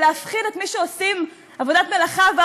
ולהפחיד את מי שעושים מלאכת קודש,